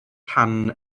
pan